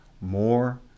more